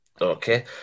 okay